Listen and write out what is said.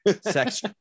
sex